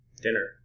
Dinner